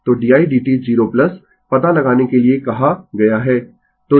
तो di dt 0 पता लगाने के लिए कहा गया है